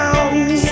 now